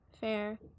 Fair